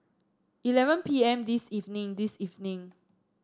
eleven P M this evening this evening